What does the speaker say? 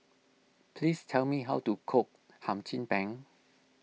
please tell me how to cook Hum Chim Peng